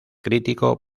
crítico